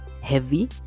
heavy